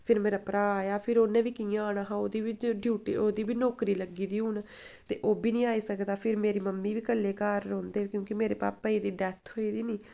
फिर मेरा भ्रा आया फिर उ'न्नै बी कि'यां आना हा ओह्दी बी ते ड्यूटी ओह्दी बी नौकरी लग्गी दी हून ते ओह् बी निं आई सकदा फिर मेरे मम्मी बी कल्ले घर रौंह्दे क्यूंकि मेरे पापा जी दी डैत्थ होई दी नी